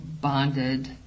bonded